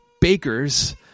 bakers